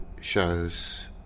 shows